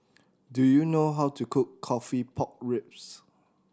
do you know how to cook coffee pork ribs